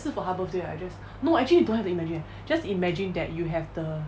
是 for 他 birthday right no actually don't have to imagine just imagine that you have the